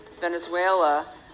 Venezuela